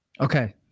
okay